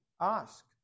Ask